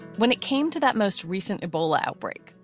when it came to that most recent ebola outbreak?